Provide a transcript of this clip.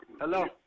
Hello